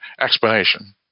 explanation